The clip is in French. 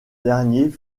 dernier